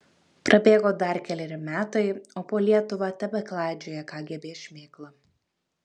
prabėgo dar keleri metai o po lietuvą tebeklaidžioja kgb šmėkla